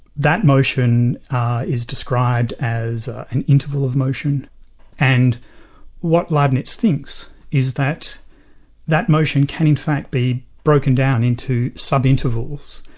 that motion is described as an integral of motion and what leibnitz thinks is that that motion can in fact be broken down into sub-intervals.